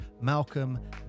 Malcolm